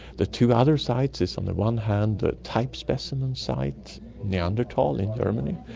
the two other sites is, on the one hand, the type specimen site neanderthal in germany,